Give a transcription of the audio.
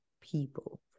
people